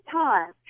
time